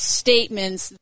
statements